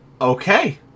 Okay